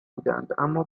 بودند، اما